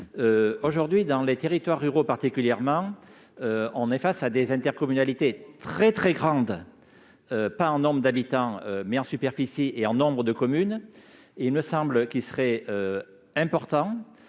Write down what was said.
Aujourd'hui, dans les territoires ruraux en particulier, les intercommunalités sont extrêmement grandes, non en nombre d'habitants mais en superficie et en nombre de communes. Il me semble qu'il serait important